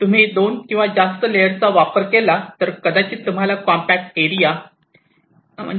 तुम्ही 2 किंवा जास्त लेअर चा वापर केला तर कदाचित तुम्हाला कॉम्पॅक्ट एरिया एफिशियंट रुटींग मिळेल